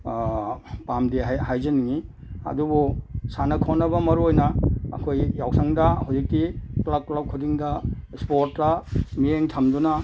ꯄꯥꯝꯗꯦ ꯍꯥꯏꯖꯅꯤꯡꯉꯤ ꯑꯗꯨꯕꯨ ꯁꯥꯟꯅ ꯈꯣꯠꯅꯕ ꯃꯔꯨ ꯑꯣꯏꯅ ꯑꯩꯈꯣꯏ ꯌꯥꯎꯁꯪꯗ ꯍꯧꯖꯤꯛꯇꯤ ꯀ꯭ꯂꯞ ꯀ꯭ꯂꯞ ꯈꯨꯗꯤꯡꯗ ꯁ꯭ꯄꯣꯔꯠꯇ ꯃꯤꯠꯌꯦꯡ ꯊꯝꯗꯅ